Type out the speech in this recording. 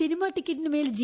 cinema ടിക്കറ്റിനുമേൽ G